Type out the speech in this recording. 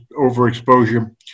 overexposure